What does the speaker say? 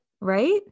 Right